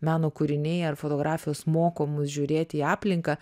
meno kūriniai ar fotografijos moko mus žiūrėti į aplinką